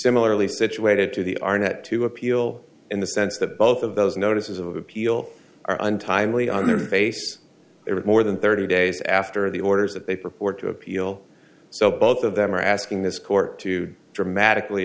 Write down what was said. similarly situated to the arnette to appeal in the sense that both of those notices of appeal are untimely on their face it more than thirty days after the orders that they purport to appeal so both of them are asking this court to dramatically